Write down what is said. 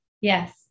Yes